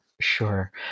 Sure